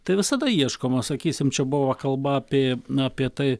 tai visada ieškoma sakysim čia buvo kalba apie apie tai